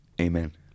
amen